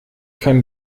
kann